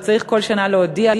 הוא צריך כל שנה להודיע,